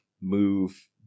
move